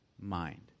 mind